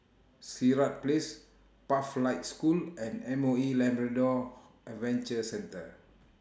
Sirat Place Pathlight School and M O E Labrador Adventure Centre